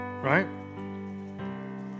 right